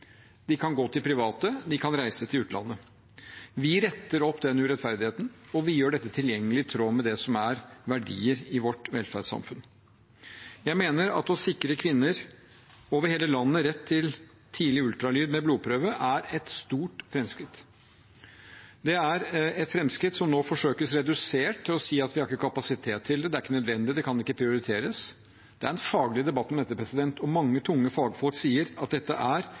De kan gå til private, de kan reise til utlandet. Vi retter opp den urettferdigheten, og vi gjør dette tilgjengelig i tråd med det som er verdier i vårt velferdssamfunn. Jeg mener at å sikre kvinner over hele landet rett til tidlig ultralyd med blodprøve er et stort framskritt. Det er et framskritt som nå forsøkes redusert ved å si at vi ikke har kapasitet til det, at det ikke er nødvendig, og at det ikke kan prioriteres. Det er en faglig debatt om dette, og mange tunge fagfolk sier at dette er